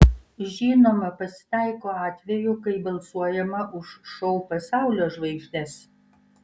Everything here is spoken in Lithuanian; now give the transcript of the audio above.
žinoma pasitaiko atvejų kai balsuojama už šou pasaulio žvaigždes